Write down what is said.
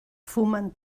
fumen